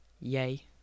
yay